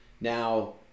Now